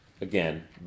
again